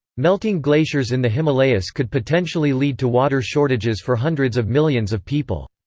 melting glaciers in the himalayas could potentially lead to water shortages for hundreds of millions of people.